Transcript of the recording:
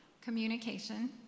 communication